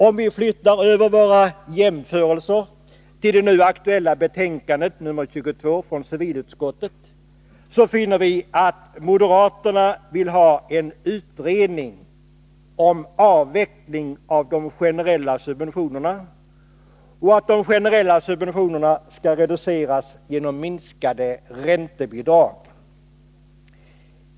Om vi flyttar över våra jämförelser till det nu aktuella betänkandet, nr 22 från civilutskottet, så finner man att moderaterna vill ha en utredning om 207 avveckling av de generella subventionerna, och att de generella subventionerna skall reduceras genom minskade räntebidrag.